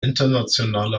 internationale